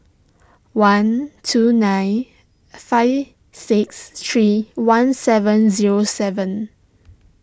one two nine five six three one seven zero seven